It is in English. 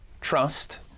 trust